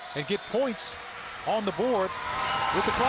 and get points on the board with the